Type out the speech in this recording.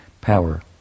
power